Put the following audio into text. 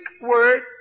word